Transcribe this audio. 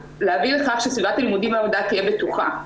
להביא לכך שסביבת הלימודים והעבודה תהיה בטוחה.